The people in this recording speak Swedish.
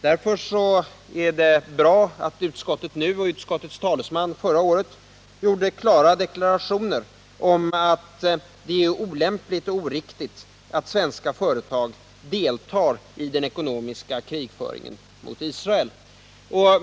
Därför är det bra att utskottet nu, och utskottets talesman förra året, gjort klara deklarationer om att det är olämpligt och oriktigt att svenska företag deltar i den ekonomiska krigföringen mot Israel.